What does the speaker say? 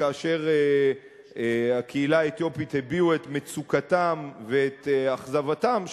כאשר בקהילה האתיופית הביעו את מצוקתם ואת אכזבתם,